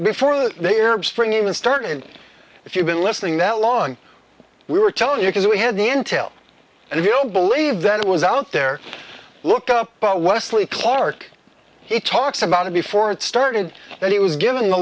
before they arab spring even started if you've been listening that long we were telling you because we had the intel and if you don't believe that it was out there look up by westley clark he talks about it before it started and he was given the